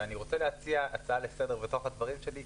ואני רוצה להציע הצעה לסדר בתוך הדברים שלי,